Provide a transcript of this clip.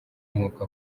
nk’uko